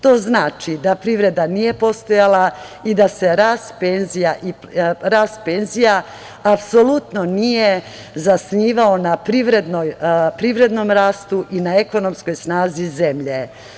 To znači da privreda nije postojala i da se rast penzija apsolutno nije zasnivao na privrednom rastu i na ekonomskoj snazi zemlje.